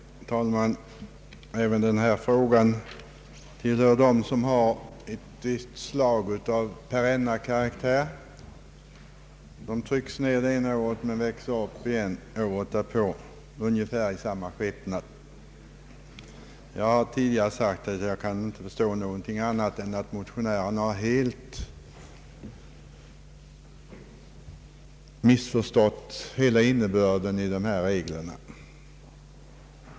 Herr talman! Även denna fråga tillhör dem som har viss perenn karaktär. Den trycks ned ena året och väcks upp året därpå i ungefär samma skepnad. Jag har tidigare sagt att jag inte kan finna annat än att motionärerna helt missförstått innebörden i dessa regler.